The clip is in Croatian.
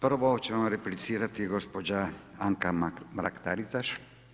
Prvo će vam replicirati gospođa Anka Mrak-Taritaš.